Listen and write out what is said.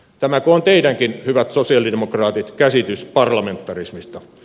tämäkö on teidänkin hyvät sosialidemokraatit käsityksenne parlamentarismista